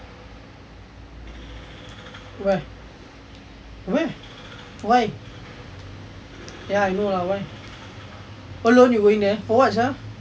where where why ya I know lah why alone you going there for [what] sia